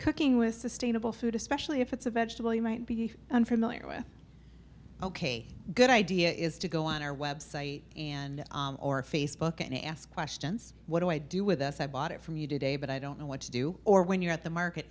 cooking with sustainable food especially if it's a vegetable you might be unfamiliar with ok good idea is to go on our website and or facebook and ask questions what do i do with us i bought it from you today but i don't know what to do or when you're at the market